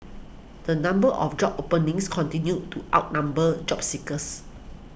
the number of job openings continued to outnumber job seekers